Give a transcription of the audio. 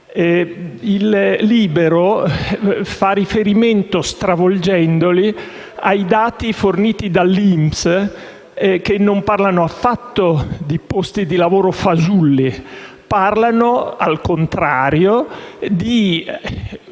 «Libero» fa riferimento, stravolgendoli, ai dati forniti dall'INPS, che non parlava affatto di posti di lavoro fasulli ma, al contrario, di